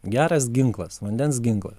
geras ginklas vandens ginklas